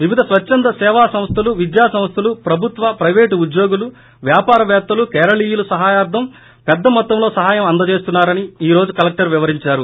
వివిధ స్వచ్చంద సేవా సంస్టలు విద్యాసంస్టలు ప్రభుత్వ ప్రయివేటు ఉద్యోగులు వ్యాపార పేత్తలు కేరళీయుల సహాయార్దం పెద్ద మొత్తంలో సహాయం అందజేస్తున్నారని ఈ రోజు కలెక్టర్ వివరించారు